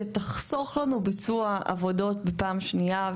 שתחסוך לנו ביצוע עבודות בפעם שנייה,